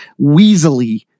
weaselly